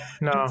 No